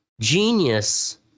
genius